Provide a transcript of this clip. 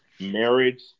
marriage